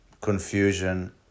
confusion